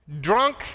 drunk